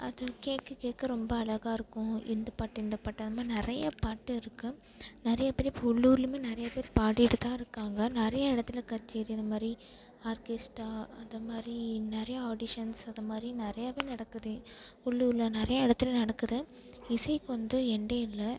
அது கேட்க கேட்க ரொம்ப அழகா இருக்கும் எந்த பாட்டு எந்த பாட்டு அதமாதிரி நிறைய பாட்டு இருக்கு நிறையா பேர் இப்போ உள்ளூர்ளியுமே நிறையப்பேரு பாடிகிட்டு தான் இருக்காங்க நிறையா இடத்தில் கச்சேரி அதை மாதிரி ஆர்கெஸ்ட்டாக அதை மாதிரி நிறையா ஆடிஷன்ஸ் அதை மாதிரி நிறையாவே நடக்குது உள்ளூரில் நிறையா இடத்துல நடக்குது இசைக்கு வந்து எண்கிட்டே இல்லை